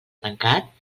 tancat